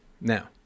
now